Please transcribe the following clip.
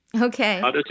Okay